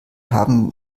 haben